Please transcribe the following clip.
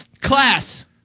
class